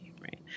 Right